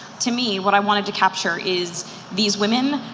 to me, what i wanted to capture is these women,